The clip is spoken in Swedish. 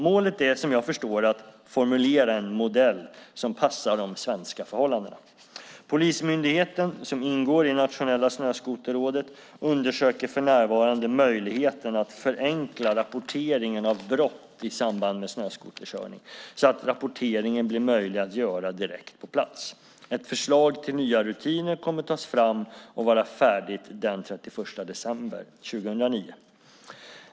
Målet är som jag förstår att formulera en modell som passar de svenska förhållandena. Polismyndigheten som ingår i Nationella Snöskoterrådet undersöker för närvarande möjligheten att förenkla rapporteringen av brott i samband med snöskoterkörning så att rapporteringen blir möjlig att göra direkt på plats. Ett förslag till nya rutiner kommer att tas fram och vara färdigt den 31 december 2009.